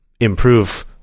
Improve